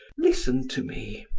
listen to me.